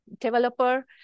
developer